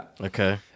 Okay